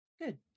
Good